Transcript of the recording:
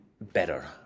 better